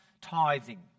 tithing